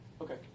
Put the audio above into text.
Okay